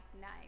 name